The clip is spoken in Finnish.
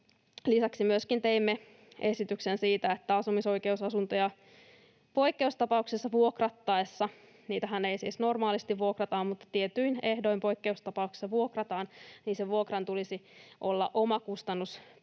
Lisäksi teimme esityksen myöskin siitä, että asumisoikeusasuntoja poikkeustapauksessa vuokrattaessa — niitähän ei siis normaalisti vuokrata mutta tietyin ehdoin poikkeustapauksissa vuokrataan — sen vuokran tulisi olla omakustannusperusteinen,